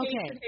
Okay